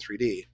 3D